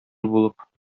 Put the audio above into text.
булып